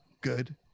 good